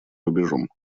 рубежом